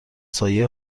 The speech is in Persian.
سایه